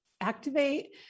activate